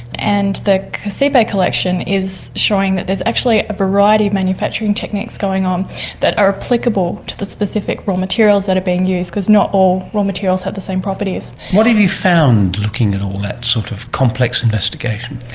and the kasibe collection is showing that there is actually a variety of manufacturing techniques going on that are applicable to the specific raw materials that are being used, because not all raw materials have the same properties. what have you found, looking at all that sort of complex investigation?